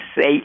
say